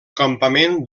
campament